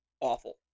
awful